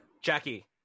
Jackie